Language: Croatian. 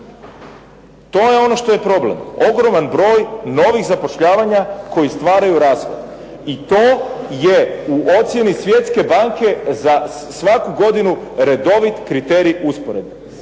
To je ono što je problem, ogroman broj novih zapošljavanja koji stvaraju .../Govornik se ne razumije./... I to je u ocjeni Svjetske banke za svaku godinu redovit kriterij usporedbe.